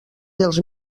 dels